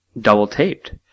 double-taped